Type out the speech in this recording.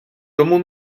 тому